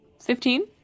Fifteen